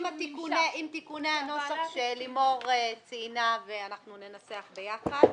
עם תיקוני הנוסח שלימוד ציינה ואנחנו ננסח ביחד.